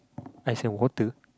ice and water